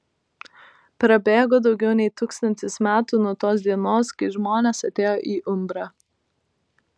prabėgo daugiau nei tūkstantis metų nuo tos dienos kai žmonės atėjo į umbrą